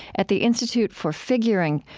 at the institute for figuring,